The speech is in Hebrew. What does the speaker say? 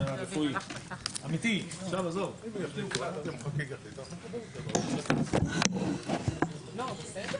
הישיבה